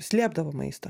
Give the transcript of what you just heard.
slėpdavo maistą